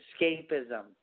escapism